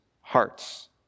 hearts